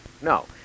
no